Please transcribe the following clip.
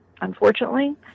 unfortunately